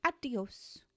Adios